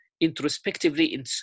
introspectively